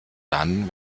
dann